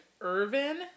Irvin